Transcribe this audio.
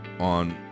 On